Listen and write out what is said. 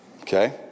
Okay